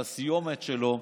על הסיומת שלו.